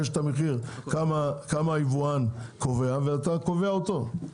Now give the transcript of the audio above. יש את המחיר שהיבואן קובע ואתה קובע אותו.